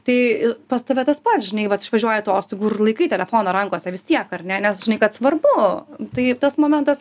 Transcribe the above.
tai pas tave tas pats žinai vat išvažiuoji atostogų ir laikai telefoną rankose vis tiek ar ne nes žinai kad svarbu tai tas momentas